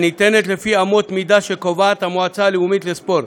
הניתנת לפי אמות מידה שקובעת המועצה הלאומית לספורט,